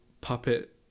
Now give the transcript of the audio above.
puppet